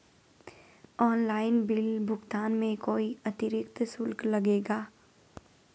Online bill भुगतान में कोई अतिरिक्त शुल्क लगेगा?